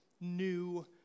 new